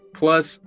plus